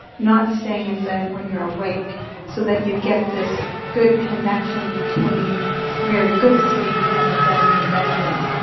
not staying in bed when you're awake so that you get this good connection between very good sleep and the bed in the bedroom.